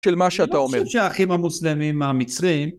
של מה שאתה אומר. לא חושב שהאחים המוסלמים המצרים.